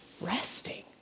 resting